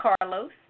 Carlos